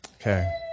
Okay